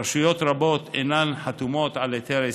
רשויות רבות אינן חתומות על היתר עסקה.